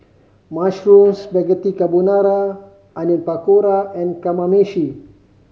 Mushroom Spaghetti Carbonara Onion Pakora and Kamameshi